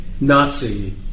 Nazi